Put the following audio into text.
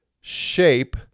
shape